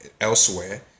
Elsewhere